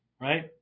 right